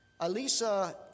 Alisa